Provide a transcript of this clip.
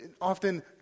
often